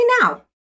now